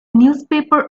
newspaper